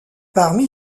parmi